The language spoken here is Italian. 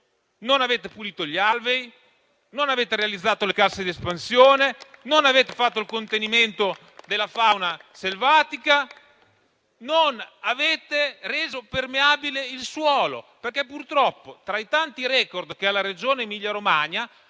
non avete pulito gli alvei, non avete realizzato le casse di espansione, non avete fatto il contenimento della fauna selvatica e non avete reso permeabile il suolo. Infatti, tra i tanti *record* della Regione Emilia-Romagna,